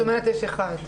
ואת אומרת שיש אחד.